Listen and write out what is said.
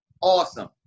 awesome